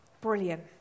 Brilliant